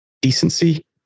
decency